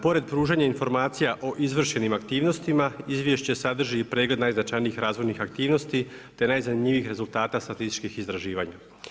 Pored pružanja informacija o izvršenim aktivnostima izvješće sadrži i pregled najznačajnih razvojnih aktivnosti, te najzanimljivijih rezultata statističkih izraživanja.